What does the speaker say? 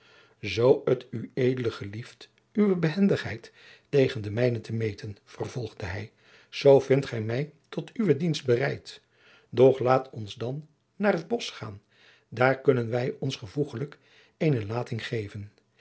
zoo t ued gelieft uwe behendigheid tegen de mijne te meten vervolgde hij zoo vindt gij mij tot uwe dienst bereid doch laat ons dan naar het bosch gaan daar kunnen wij ons gevoegelijk eene lating geven